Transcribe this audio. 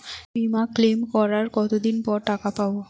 বিমা ক্লেম করার কতদিন পর টাকা পাব?